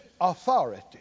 authority